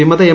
വിമത എം